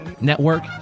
network